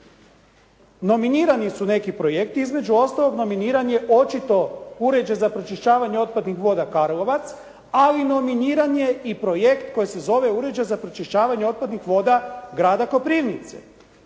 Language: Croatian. Nominirani su neki projekti između ostaloga nominiran je očito uređaj za pročišćavanje otpadnih voda Karlovac. Ali nominiran je projekt koji se zove uređaj za pročišćavanje otpadnih voda grada Koprivnice.